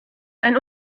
einen